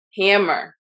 hammer